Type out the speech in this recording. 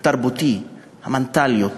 התרבותי, המנטליות.